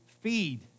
feed